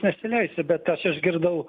nesileisiu bet aš išgirdau